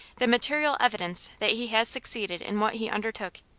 the material evidence that he has succeeded in what he undertook.